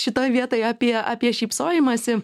šitoj vietoj apie apie šypsojimąsi